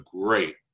great